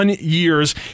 years